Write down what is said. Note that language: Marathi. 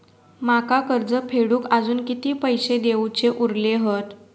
माका कर्ज फेडूक आजुन किती पैशे देऊचे उरले हत?